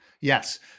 yes